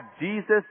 Jesus